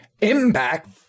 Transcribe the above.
impact